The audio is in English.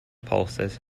pulses